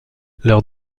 leur